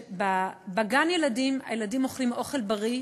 שהוא יודע שבגן-הילדים הילדים אוכלים אוכל בריא,